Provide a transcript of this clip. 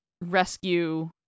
rescue